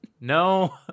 No